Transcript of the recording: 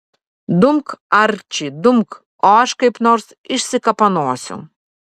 dumk arči dumk o aš kaip nors išsikapanosiu